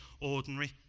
ordinary